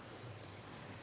Hvala.